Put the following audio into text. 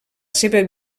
seva